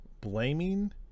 blaming